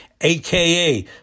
aka